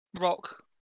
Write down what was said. rock